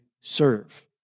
serve